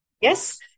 Yes